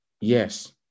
Yes